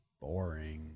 Boring